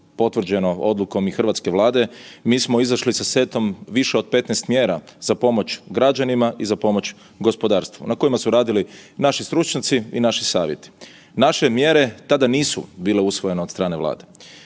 potvrđeno odlukom i hrvatske Vlade, mi smo izašli sa setom više od 15 mjera za pomoć građanima i za pomoć gospodarstvu, na kojima su radili naši stručnjaci i naši savjeti. Naše mjere tada nisu bile usvojene od strane Vlade.